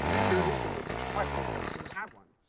queer newspapers nationwide, because every city had one,